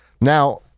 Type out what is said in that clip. Now